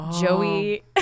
Joey